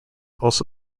also